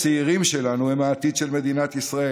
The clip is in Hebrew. הצעירים שלנו הם העתיד של מדינת ישראל,